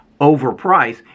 overpriced